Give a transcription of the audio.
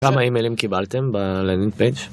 כמה אימיילים קיבלתם בלנד פייג'